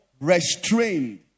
Restrained